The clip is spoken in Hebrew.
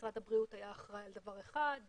משרד הבריאות היה אחראי על דבר אחד,